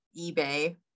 ebay